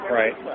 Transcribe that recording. right